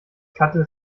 kannte